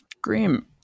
grim